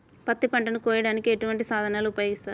పత్తి పంటను కోయటానికి ఎటువంటి సాధనలు ఉపయోగిస్తారు?